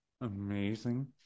Amazing